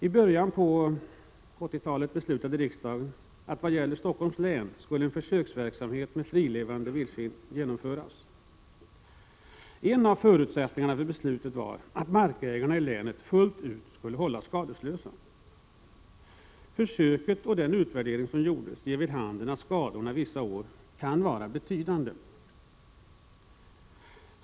I början på 80-talet beslutade riksdagen att en försöksverksamhet med en frilevande vildsvinsstam skulle genomföras i Stockholms län. En av förutsättningarna för beslutet var att markägarna i länet skulle hållas skadeslösa fullt ut. Försöket och den utvärdering som gjordes ger vid handen att skadorna vissa år kan vara betydande.